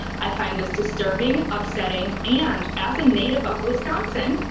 i find this disturbing upsetting, and as a native of wisconsin,